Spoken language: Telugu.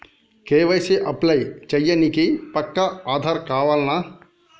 కే.వై.సీ అప్లై చేయనీకి పక్కా ఆధార్ కావాల్నా?